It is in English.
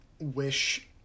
wish